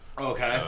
Okay